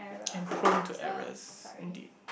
and prone to errors indeed